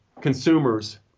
consumers